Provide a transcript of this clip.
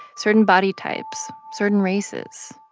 certain body types, certain races?